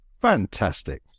fantastic